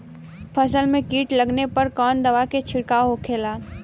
फसल में कीट लगने पर कौन दवा के छिड़काव होखेला?